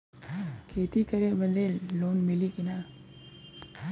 खेती करे बदे लोन मिली कि ना?